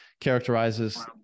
characterizes